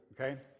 okay